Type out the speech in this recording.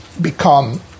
become